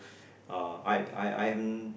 uh I've I've I've ne~